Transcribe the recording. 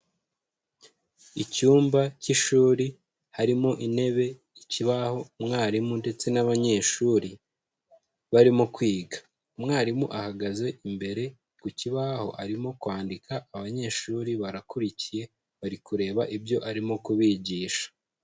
Icyumba cy'ishuri harimo intebe, ikibaho, umwarimu ndetse n'abanyeshuri barimo kwiga. Umwarimu ahagaze imbere ku kibaho, arimo kwandika. Abanyeshuri barakurikiye bari kureba ibyo arimo kubigisha.